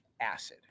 acid